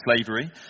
slavery